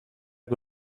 que